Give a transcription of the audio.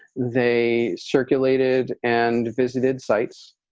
they circulated and visited sites.